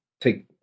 take